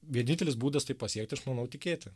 vienintelis būdas tai pasiekti aš manau tikėti